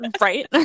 Right